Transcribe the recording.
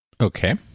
Okay